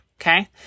Okay